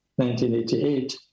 1988